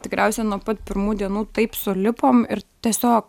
tikriausiai nuo pat pirmų dienų taip sulipom ir tiesiog